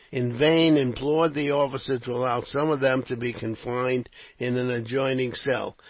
in vain implored the officer to allow some of them to be confined in an adjoining cell.